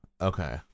Okay